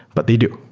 but they do,